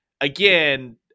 again